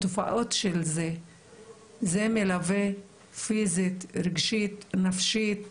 התופעות של זה זה מלווה פיזית, רגשית, נפשית,